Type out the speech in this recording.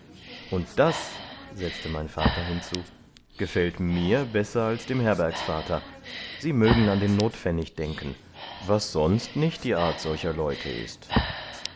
und das setzte mein vater hinzu gefällt mir besser als dem herbergsvater sie mögen an den notpfennig denken was sonst nicht die art solcher leute ist